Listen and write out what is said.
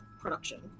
production